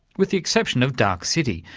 with the exception of dark city,